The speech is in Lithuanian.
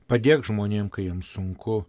padėk žmonėm kai jiem sunku